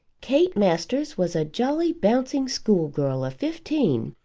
kate masters was a jolly bouncing schoolgirl of fifteen,